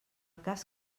cas